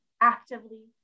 actively